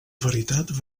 veritat